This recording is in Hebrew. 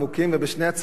ובשני הצירים,